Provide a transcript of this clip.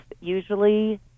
usually